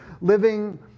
living